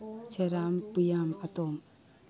ꯁꯦꯔꯥꯝ ꯄꯨꯌꯥꯝ ꯑꯇꯣꯝ